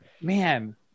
man